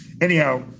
anyhow